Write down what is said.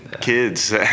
kids